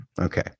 Okay